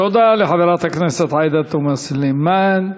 תודה לחברת הכנסת עאידה תומא סלימאן.